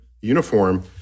uniform